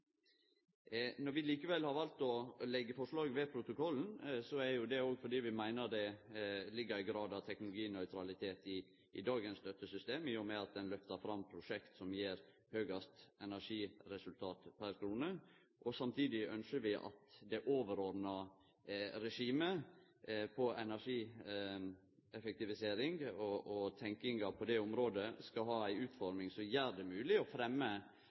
Når vi likevel har valt å leggje forslaget ved protokollen, er det òg fordi vi meiner det ligg ei grad av teknologinøytralitet i dagens støttesystem, i og med at ein lyfter fram prosjekt som gir høgaste energiresultat per krone. Samtidig ynskjer vi at det overordna regimet på energieffektivisering – og tenkinga på det området – skal ha ei utforming som gjer det mogleg å